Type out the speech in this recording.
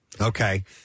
Okay